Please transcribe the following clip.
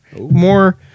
more